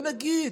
ונגיד,